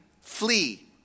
Flee